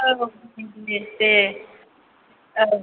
औ दे दे औ